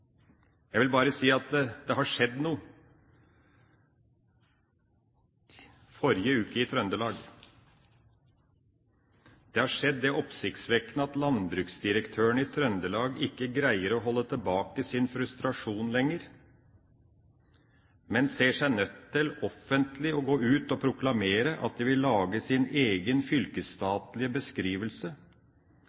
Jeg vil bare si at det har skjedd noe – forrige uke i Trøndelag. Det har skjedd det oppsiktsvekkende at landbruksdirektøren i Trøndelag ikke greier å holde tilbake sin frustrasjon lenger, men ser seg nødt til å gå ut offentlig og proklamere at de vil lage sin egen fylkesstatlige beskrivelse